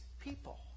people